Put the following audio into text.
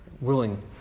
Willing